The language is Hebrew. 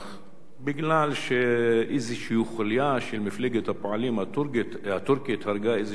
בגלל שאיזושהי חוליה של מפלגת הפועלים הטורקית הרגה איזה שמונה חיילים,